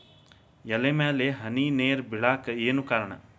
ಎಲೆ ಮ್ಯಾಲ್ ಹನಿ ನೇರ್ ಬಿಳಾಕ್ ಏನು ಕಾರಣ?